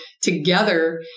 together